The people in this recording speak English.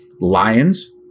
Lions